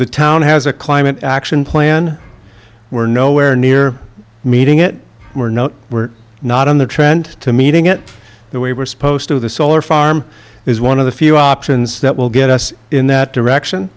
the town has a climate action plan we're nowhere near meeting it we're not we're not on the trend to meeting it the way we're supposed to the solar farm is one of the few options that will get us in that direction